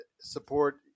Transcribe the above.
support